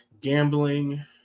gambling